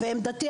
ועמדתי,